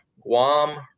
Guam